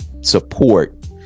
support